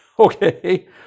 Okay